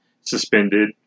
suspended